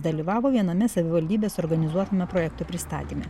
dalyvavo viename savivaldybės organizuotame projektų pristatyme